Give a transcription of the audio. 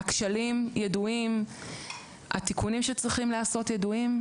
הכשלים ידועים, התיקונים שצריכים לעשות ידועים,